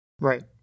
right